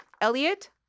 Elliot